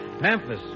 Memphis